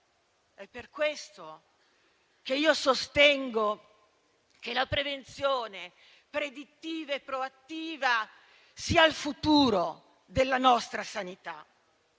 Per questo sostengo che la prevenzione predittiva e proattiva sia il futuro della nostra sanità.